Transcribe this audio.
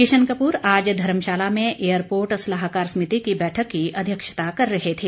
किशन कपूर आज धर्मशाला में एयरपोर्ट सलाहकार समिति की बैठक की अध्यक्षता कर रहे थे